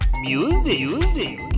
Music